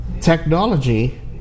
technology